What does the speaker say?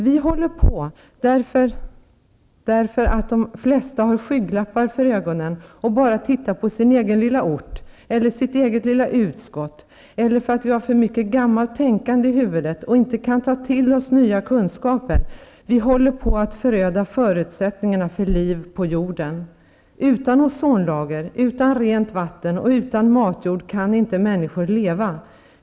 Vi håller på att föröda förutsättningarna för liv på jorden, därför att de flesta av oss har skygglappar för ögonen och bara tittar på sin egen lilla ort, sitt eget lilla utskott eller har för mycket gammalt tänkande i huvudet och inte kan ta till sig nya kunskaper. Utan ozonlager, utan rent vatten och utan matjord kan inte människor leva.